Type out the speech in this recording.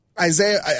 Isaiah